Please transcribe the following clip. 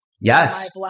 yes